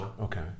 Okay